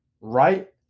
Right